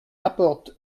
apporte